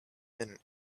internet